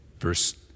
Verse